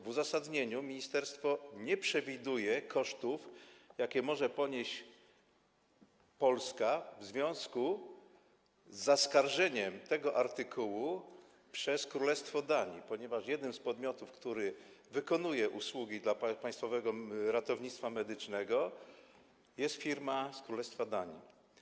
W uzasadnieniu ministerstwo nie przewiduje kosztów, jakie może ponieść Polska w związku z zaskarżeniem tego artykułu przez Królestwo Danii, ponieważ jednym z podmiotów, które wykonują usługi dla Państwowego Ratownictwa Medycznego, jest firma z Królestwa Danii.